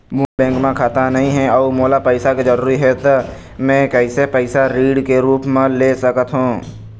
मोर bank म खाता नई हे अउ मोला पैसा के जरूरी हे त मे कैसे पैसा ऋण के रूप म ले सकत हो?